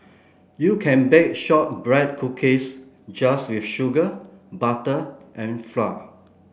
you can bake shortbread cookies just with sugar butter and flour